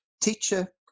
teacher